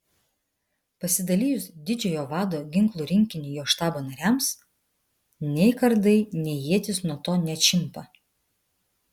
pasidalijus didžiojo vado ginklų rinkinį jo štabo nariams nei kardai nei ietys nuo to neatšimpa